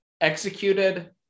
executed